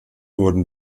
wurden